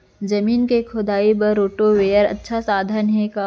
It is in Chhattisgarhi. जमीन के जुताई बर रोटोवेटर अच्छा साधन हे का?